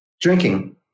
Drinking